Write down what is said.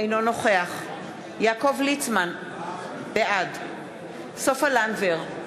אינו נוכח יעקב ליצמן, בעד סופה לנדבר,